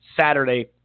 Saturday